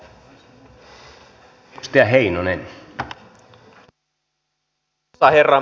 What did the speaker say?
arvoisa herra puhemies